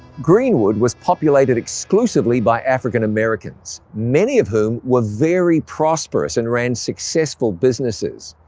greenwood was populated exclusively by african-americans, many of whom were very prosperous and ran successful businesses.